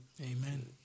Amen